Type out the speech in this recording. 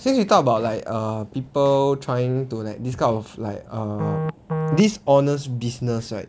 since you talk about like err people trying to like this type of like err dishonest business right